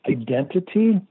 Identity